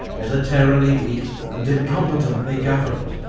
militarily weak and incompetently governed,